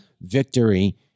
victory